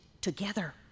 together